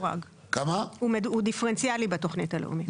הוא מדורג, הוא דיפרנציאלי בתוכנית הלאומית.